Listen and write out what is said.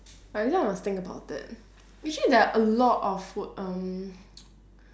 every time I must think about it actually there are a lot of food um